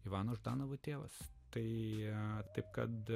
ivano ždanavo tėvas tai ne taip kad